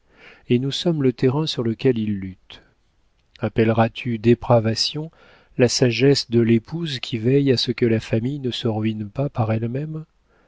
et nous sommes le terrain sur lequel ils luttent appelleras tu dépravation la sagesse de l'épouse qui veille à ce que la famille ne se ruine pas par elle-même